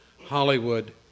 Hollywood